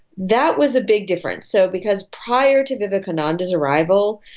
that was a big difference, so because prior to vivekananda's arrival,